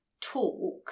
talk